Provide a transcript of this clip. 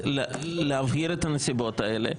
להבהיר את הנסיבות האלה.